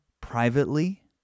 privately